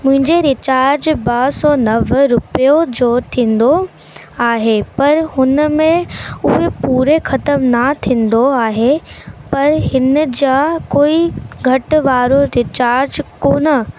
मुंहिंजे रिचार्च ॿ सौ नवे रुपे जो आहे पर हुन में उहे पूरे ख़तम न थींदो आहे पर हिन जा कोई घटि वारो रिचार्ज कोन्हे